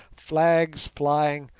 flags flying,